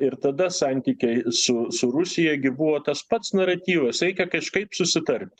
ir tada santykiai su su rusija gi buvo tas pats naratyvas reikia kažkaip susitarti